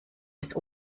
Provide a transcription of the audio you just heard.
des